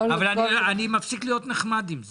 אני מפסיק להיות נחמד עם זה,